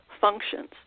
functions